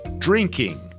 Drinking